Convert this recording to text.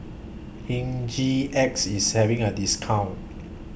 Hygin X IS having A discount